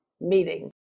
meeting